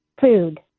food